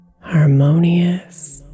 Harmonious